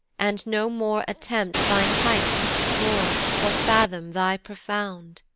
and no more attempt thine height t' explore, or fathom thy profound.